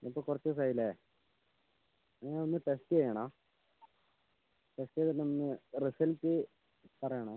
ഇത് ഇപ്പോൾ കുറച്ചു ദിവസമായില്ലേ നിങ്ങൾ ഒന്ന് ടെസ്റ്റ് ചെയ്യണം ടെസ്റ്റ് ചെയ്തിട്ടൊന്ന് റിസൾട്ട് പറയണേ